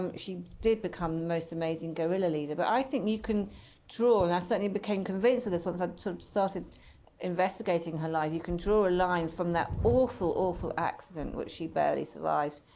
um she did become the most amazing guerrilla leader. but i think you can draw and i certainly became convinced of this once i started investigating her life you can draw a line from that awful, awful accident, which she barely survived,